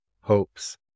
hopes